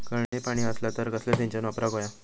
कमी पाणी असला तर कसला सिंचन वापराक होया?